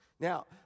Now